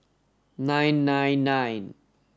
nine nine nine